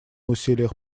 усилиях